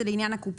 זה לעניין הקופות.